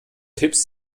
tipps